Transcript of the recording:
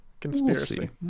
conspiracy